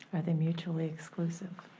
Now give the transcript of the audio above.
are they mutually exclusive?